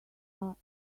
are